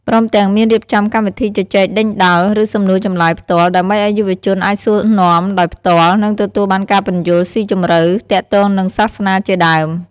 ព្រមទាំង មានរៀបចំកម្មវិធីជជែកដេញដោល ឬសំណួរចម្លើយផ្ទាល់ ដើម្បីឱ្យយុវជនអាចសួរនាំដោយផ្ទាល់ និងទទួលបានការពន្យល់ស៊ីជម្រៅទាក់ទងនិងសាសនាជាដើម។